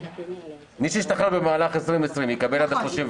מי שהשתחרר במהלך 2020 יקבל עד ה-31.